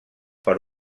per